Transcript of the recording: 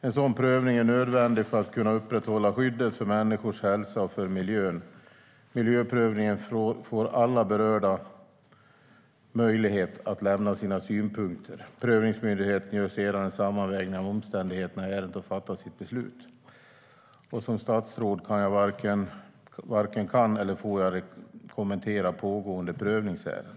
En sådan prövning är nödvändig för att vi ska kunna upprätthålla skyddet för människors hälsa och för miljön. I miljöprövningen får alla berörda möjlighet att lämna sina synpunkter. Prövningsmyndigheten gör sedan en sammanvägning av omständigheterna i ärendet och fattar sitt beslut. Som statsråd varken kan eller får jag kommentera pågående prövningsärenden.